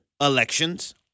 elections